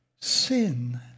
sin